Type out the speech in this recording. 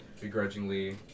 begrudgingly